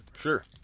Sure